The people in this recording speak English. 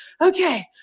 okay